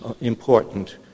important